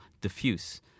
diffuse